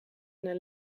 een